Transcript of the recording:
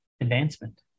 advancement